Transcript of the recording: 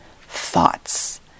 thoughts